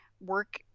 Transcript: work